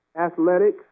athletics